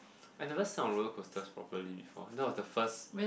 I never saw a roller coaster probably before that was the first